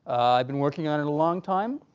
i've been working on it a long time